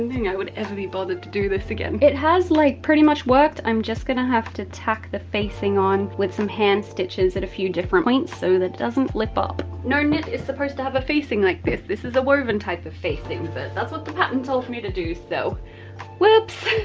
and i would ever be bothered to do this again. it has like pretty much worked. i'm just gonna have to tack the facing on with some hand stitches at a few different points so that it doesn't lift up. no knit is supposed to have a facing like this, this is a woven type of facing, but that's what the pattern told me to do so whoops!